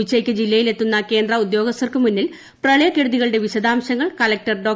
ഉച്ചയ്ക്ക് ജില്ലയിലെത്തുന്ന കേന്ദ്ര ഉദ്യോഗസ്ഥർക്കുമുന്നിൽ പ്രളയക്കെടുതികളുടെ വിശദാംശങ്ങൾ കളക്ടർ ഡോ